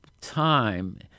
time